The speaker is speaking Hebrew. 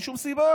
אין שום סיבה.